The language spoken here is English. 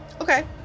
okay